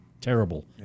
terrible